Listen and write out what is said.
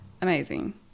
Amazing